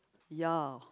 ya